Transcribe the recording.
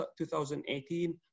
2018